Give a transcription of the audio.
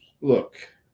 look